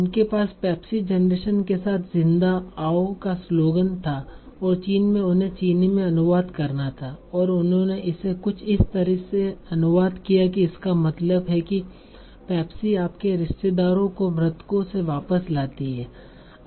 उनके पास Pepsi generation के साथ जिंदा आओ का स्लोगन था और चीन में उन्हें चीनी में अनुवाद करना था और उन्होंने इसे कुछ इस तरह से अनुवाद किया कि इसका मतलब है कि 'पेप्सी आपके रिश्तेदारों को मृतकों से वापस लाती है'